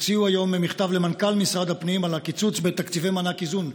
הוציאו היום מכתב למנכ"ל משרד הפנים על הקיצוץ בתקציבי מענק איזון,